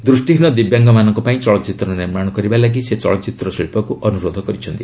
ଦୃଷ୍ଟିହୀନ ଦିବ୍ୟାଙ୍ଗମାନଙ୍କ ପାଇଁ ଚଳଚ୍ଚିତ୍ର ନିର୍ମାଣ କରିବାକୁ ସେ ଚଳଚ୍ଚିତ୍ର ଶିଳ୍ପକୁ ଅନୁରୋଧ କରିଛନ୍ତି